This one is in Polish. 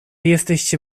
jesteście